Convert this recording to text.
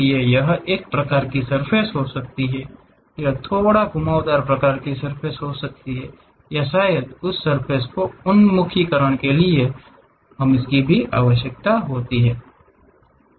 यह एक प्रकार की सर्फ़ेस हो सकती है यह थोड़ा घुमावदार प्रकार की सर्फ़ेस हो सकती है या शायद उस सर्फ़ेस के उन्मुखीकरण के लिए भी हमें आवश्यकता होती है